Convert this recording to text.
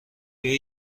بیام